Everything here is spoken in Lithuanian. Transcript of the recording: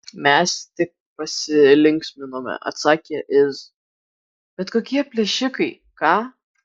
mes tik pasilinksminome atsakė iz bet kokie plėšikai ką